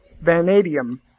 vanadium